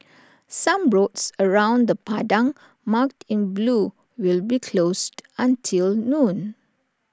some roads around the Padang marked in blue will be closed until noon